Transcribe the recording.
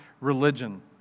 religion